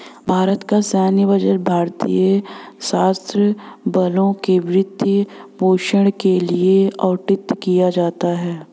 भारत का सैन्य बजट भारतीय सशस्त्र बलों के वित्त पोषण के लिए आवंटित किया जाता है